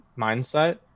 mindset